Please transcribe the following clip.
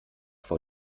vor